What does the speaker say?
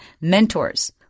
mentors